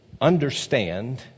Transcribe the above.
understand